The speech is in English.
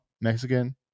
Mexican